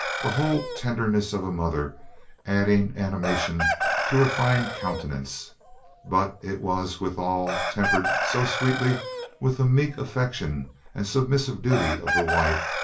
the whole tenderness of a mother adding animation to her fine countenance but it was withal tempered so sweetly with the meek affection and submissive duty of the wife,